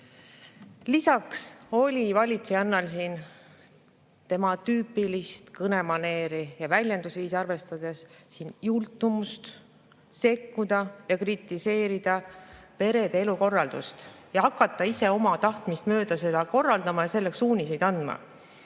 Lisaks oli valitsejannal tema tüüpilist kõnemaneeri ja väljendusviisi arvestades jultumust sekkuda ja kritiseerida perede elukorraldust ja hakata ise oma tahtmist mööda seda korraldama ja suuniseid andma.